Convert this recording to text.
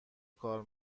کار